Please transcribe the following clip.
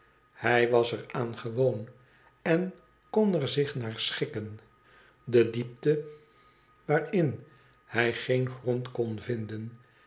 hij was er aan gewoon en kon er zich naar schikken de diepte waarin hij geen grond kon vinden